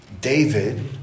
David